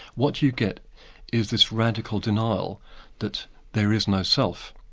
what you get is this radical denial that there is no self,